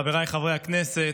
חבריי חברי הכנסת,